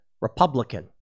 Republican